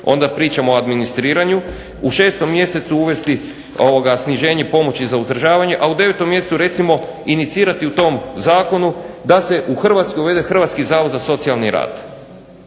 onda pričamo o administriranju. U 6. mjesecu uvesti sniženje pomoći za uzdržavanje, a u 9. mjesecu recimo inicirati u tom zakonu da se u Hrvatskoj uvede Hrvatski zavod za socijalni rad.